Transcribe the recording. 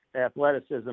athleticism